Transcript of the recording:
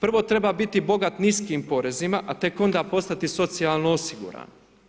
Prvo treba biti bogat niskim porezima, a tek onda postati socijalno osiguran.